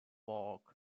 fork